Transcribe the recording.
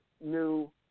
new